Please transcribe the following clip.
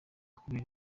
kubera